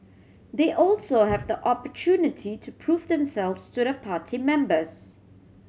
they also have the opportunity to prove themselves to the party members